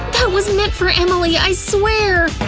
that was meant for emily, i swear!